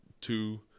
two